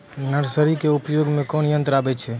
Nursery के उपयोग मे कोन यंत्र आबै छै?